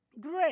Great